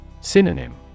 Synonym